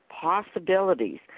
possibilities